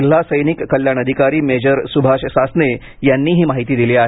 जिल्हा सैनिक कल्याण अधिकारी मेजर सुभाष सासने यांनी ही माहिती दिली आहे